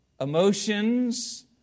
emotions